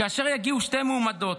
כאשר יגיעו שתי מועמדות,